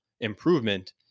improvement